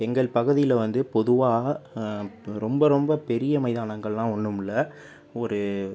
எங்கள் பகுதியில் வந்து பொதுவாக ரொம்ப ரொம்ப பெரிய மைதானங்கள்லாம் ஒன்னுமில்லை ஒரு